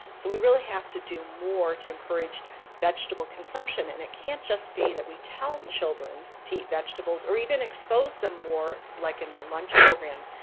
so we really have to do more to encourage vegetable consumption, and it can't just be that we tell children to eat vegetables or even expose them more, like in their lunch program,